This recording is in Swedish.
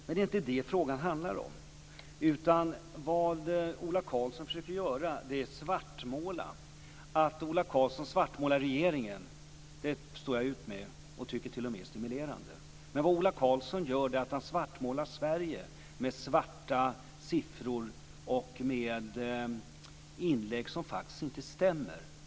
Det är dock inte det som frågan handlar om, och vad Ola Karlsson försöker göra är att svartmåla. Jag står ut med att Ola Karlsson svartmålar regeringen, och jag upplever t.o.m. att det är stimulerande, men jag tycker att det är allvarligt att Ola Karlsson svartmålar Sverige med pessimistiska sifferuppgifter och med inlägg som faktiskt inte stämmer.